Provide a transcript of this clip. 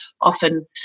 often